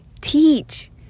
teach